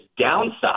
downside